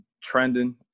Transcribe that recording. trending